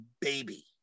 baby